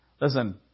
Listen